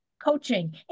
coaching